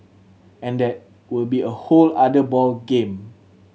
and that will be a whole other ball game